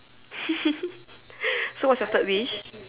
so what's your third wish